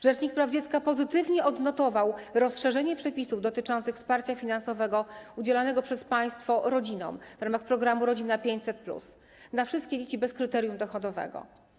Rzecznik praw dziecka pozytywnie odnotował, ocenił rozszerzenie przepisów dotyczących wsparcia finansowego udzielanego przez państwo rodzinom w ramach programu „Rodzina 500+” na wszystkie dzieci, bez kryterium dochodowego.